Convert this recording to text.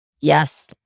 Yes